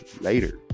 later